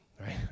right